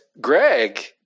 Greg